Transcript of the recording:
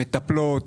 מטפלות,